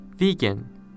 Vegan